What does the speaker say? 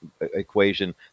equation